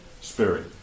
spirit